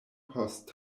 post